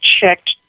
checked